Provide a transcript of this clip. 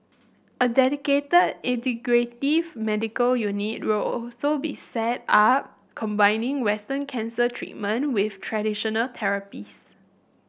a dedicated integrative medical unit will also be set up combining Western cancer treatment with traditional therapies